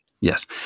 Yes